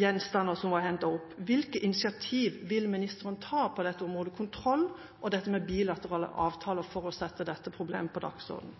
gjenstander som var hentet opp, var i hvert fall datert til ca.1600-tallet. Hvilke initiativ vil ministeren ta på dette området som gjelder kontroll og bilaterale avtaler, for å sette dette problemet på dagsordenen?